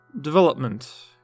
development